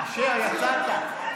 אשר, יצאת.